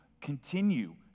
continue